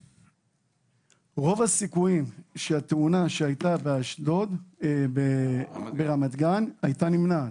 רוב הסיכויים שהתאונה שהייתה ברמת גן הייתה נמנעת.